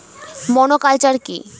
Monoculture কি?